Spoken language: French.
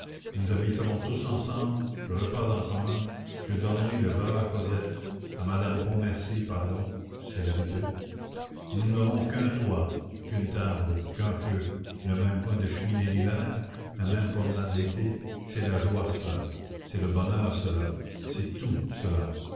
nous habiterons tous ensemble repas en commun je donnerai le bras à cosette à madame pontmercy pardon c'est l'habitude nous n'aurons qu'un toit qu'une table qu'un feu le même coin de cheminée l'hiver la même promenade l'été c'est la joie cela c'est le bonheur cela c'est tout cela